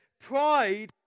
pride